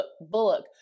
Bullock